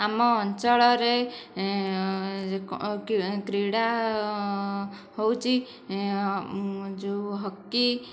ଆମ ଅଞ୍ଚଳରେ କ୍ରୀଡ଼ା ହେଉଛି ଯେଉଁ ହକି